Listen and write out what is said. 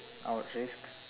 I would risk